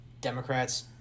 Democrats